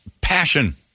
passion